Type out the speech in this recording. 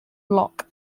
block